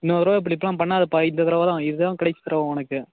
இன்னொரு தடவை இப்படி இப்படிலாம் பண்ணாதப்பா இந்த தடவை தான் இதான் கடைசி தடவை உனக்கு